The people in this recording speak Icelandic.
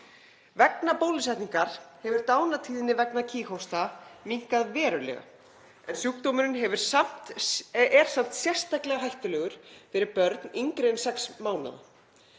Vegna bólusetningar hefur dánartíðni vegna kíghósta minnkað verulega en sjúkdómurinn er samt sérstaklega hættulegur börnum yngri en sex mánaða.